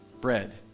bread